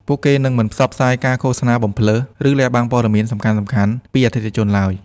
ពួកគេនឹងមិនផ្សព្វផ្សាយការឃោសនាបំផ្លើស ឬលាក់បាំងព័ត៌មានសំខាន់ៗពីអតិថិជនឡើយ។